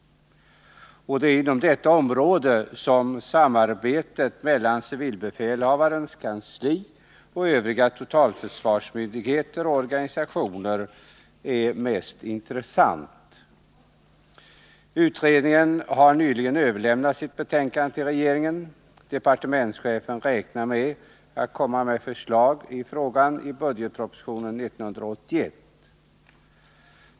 Det är inom detta område som samarbetet mellan civilbefälhavarens kansli och övriga totalförsvarsmyndigheters organisationer är mest intressant. Utredningen har nyligen överlämnat sitt betänkande till regeringen. Departementschefen räknar med att framlägga förslag i frågan i budgetpropositionen 1981.